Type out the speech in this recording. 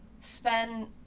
spend